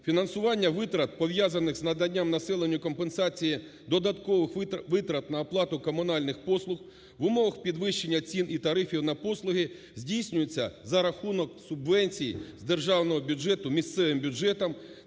фінансування витрат, пов'язаних з наданням населенню компенсації додаткових витрат на оплату комунальних послуг в умовах підвищення цін і тарифів на послуги, здійснюється за рахунок субвенції з державного бюджету місцевим бюджетам